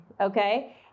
Okay